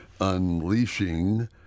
unleashing